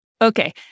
Okay